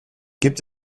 gibt